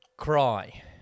Cry